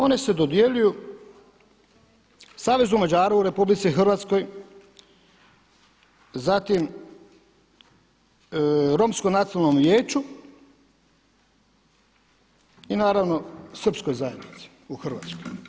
One se dodjeljuju Savezu Mađara u RH, zatim Romskom nacionalnom vijeću i naravno Srpskoj zajednici u Hrvatskoj.